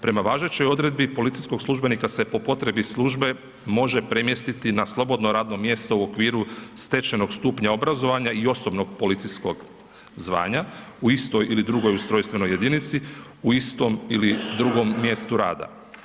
Prema važećoj odredbi policijskog službenika se po potrebi službe može premjestiti na slobodno radno mjesto u okviru stečenog stupnja obrazovanja i osobnog policijskog zvanja u istoj ili drugoj ustrojstvenoj jedinici u istom ili drugom mjestu rada.